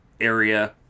area